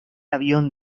avión